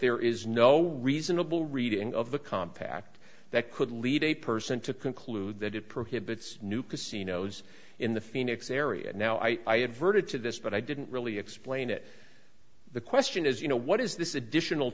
there is no reasonable reading of the compact that could lead a person to conclude that it prohibits new casinos in the phoenix area and now i have diverted to this but i didn't really explain it the question is you know what is this additional